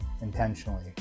intentionally